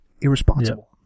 Irresponsible